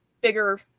bigger